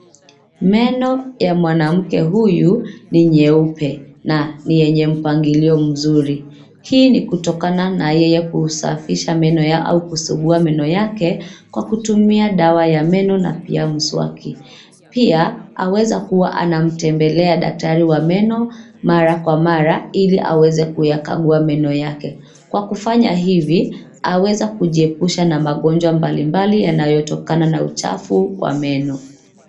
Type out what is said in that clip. Meno ya mwanamke huyu ni nyeupe na ni yenye mpangilio mzuri. Hii ni kutokana na yeye kusafisha meno au kusugua meno yake kwa kutumia dawa ya meno na pia mswaki. Pia aweza kuwa anamtembelea daktari wa meno mara kwa mara ili aweze kuyakagua meno yake. Kwa kufanya hivi aweza kujiepusha na magonjwa mbalimbali yanayotokana na uchafu wa meno.